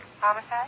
Homicide